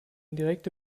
direkte